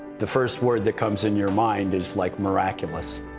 the first word that comes in your mind is, like, miraculous.